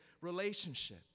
relationship